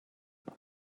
پاشو